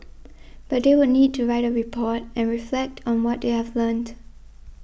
but they would need to write a report and reflect on what they have learnt